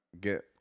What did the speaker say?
get